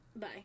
Bye